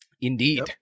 Indeed